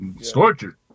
Scorcher